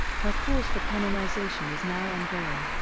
her cause for canonization is now ongoing.